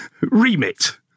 Remit